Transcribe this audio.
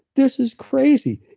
this is crazy.